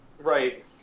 Right